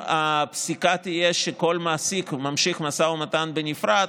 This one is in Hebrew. אם הפסיקה תהיה שכל מעסיק ממשיך במשא ומתן בנפרד,